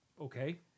Okay